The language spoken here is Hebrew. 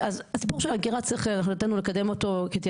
אז את הסיפור של האגירה מבחינתנו צריך לקדם כתעדוף,